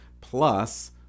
plus